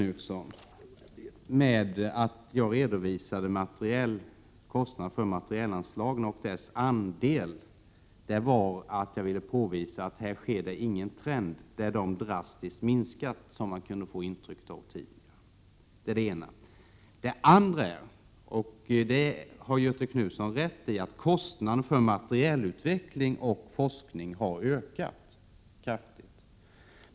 Poängen med att jag redovisade kostnaden för materielanslagen och dess andel av utgifterna, Göthe Knutson, var att jag ville påvisa att det på detta område inte är någon trend att anslagen drastiskt har minskat, vilket man tidigare här i debatten kunde få intrycket av. Göthe Knutson har rätt i att kostnaderna för materielutveckling och forskning har ökat kraftigt.